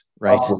right